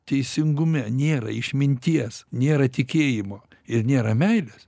teisingume nėra išminties nėra tikėjimo ir nėra meilės